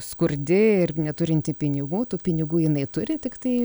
skurdi ir neturinti pinigų tų pinigų jinai turi tiktai